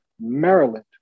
Maryland